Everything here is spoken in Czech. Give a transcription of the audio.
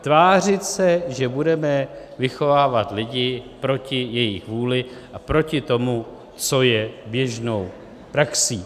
Tvářit se, že budeme vychovávat lidi proti jejich vůli a proti tomu, co je běžnou praxí.